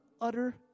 utter